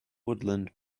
woodland